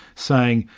saying,